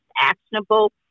actionable